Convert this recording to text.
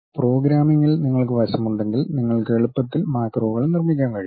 പ്രോഗ്രാമിംഗിൽ നിങ്ങൾക്ക് വശമുണ്ടെങ്കിൽ നിങ്ങൾക്ക് എളുപ്പത്തിൽ മാക്രോകൾ നിർമ്മിക്കാൻ കഴിയും